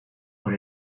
por